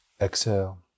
Exhale